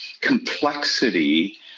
complexity